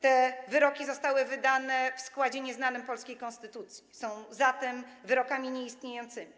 Te wyroki zostały wydane w składzie nieznanym polskiej konstytucji, są zatem wyrokami nieistniejącymi.